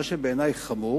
מה שבעיני חמור